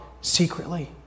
secretly